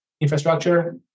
infrastructure